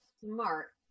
smart